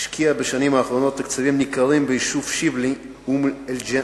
השקיע בשנים האחרונות תקציבים ניכרים ביישוב שיבלי אום-אל-ג'ינם.